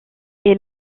est